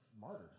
martyred